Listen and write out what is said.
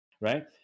right